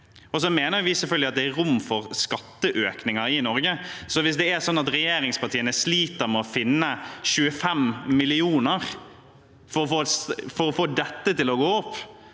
Så mener vi selvfølgelig at det er rom for skatteøkninger i Norge. Hvis det er sånn at regjeringspartiene sliter med å finne 25 mill. kr for å få dette til å gå opp